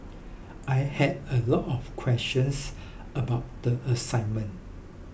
I had a lot of questions about the assignment